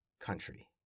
country